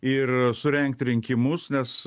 ir surengti rinkimus nes